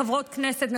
חברות כנסת,